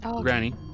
Granny